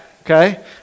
okay